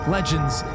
Legends